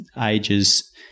ages